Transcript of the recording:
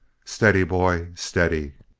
steady, boy steady!